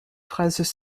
phrases